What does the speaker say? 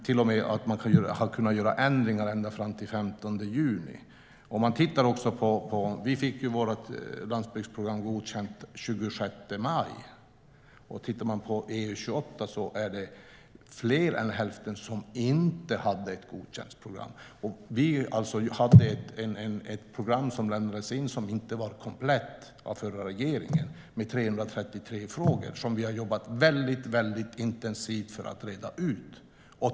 Man har kunnat göra ändringar ända fram till den 15 juni. Vi fick vårt landsbygdsprogram godkänt den 26 maj, och i EU-28 var det då mer än hälften som inte hade ett godkänt program. Vi lämnade in ett program med 333 frågor från den förra regeringen som inte var komplett. Detta har vi jobbat väldigt intensivt med att reda ut.